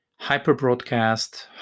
hyperbroadcast